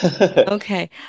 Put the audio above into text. Okay